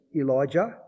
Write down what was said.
Elijah